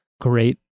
great